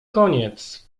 koniec